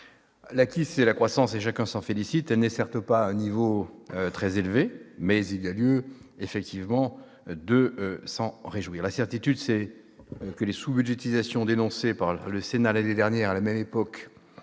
L'acquis, c'est la croissance, et chacun s'en félicite. Elle n'est certes pas à un niveau très élevé, mais il y a lieu effectivement de s'en réjouir. La certitude, c'est que les sous-budgétisations dénoncées par le Sénat l'année dernière, à la même époque,